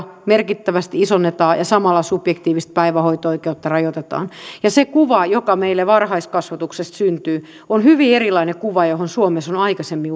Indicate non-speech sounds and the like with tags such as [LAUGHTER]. merkittävästi isonnetaan ja samalla subjektiivista päivähoito oikeutta rajoitetaan ja se kuva joka meille varhaiskasvatuksesta syntyy on hyvin erilainen kuva kuin se johon suomessa on on aikaisemmin [UNINTELLIGIBLE]